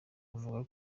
avuga